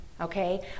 Okay